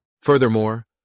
Furthermore